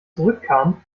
zurückkam